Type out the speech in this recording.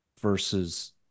versus